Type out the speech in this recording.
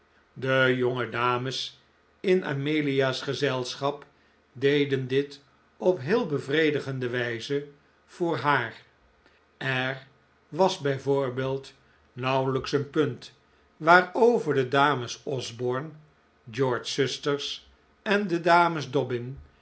de jonge dames in amelia's gezelschap deden dit op heel bevredigende wijze voor haar er was bijvoorbeeld nauwelijks een punt waarover de dames osborne george's zusters en de dames